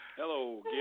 Hello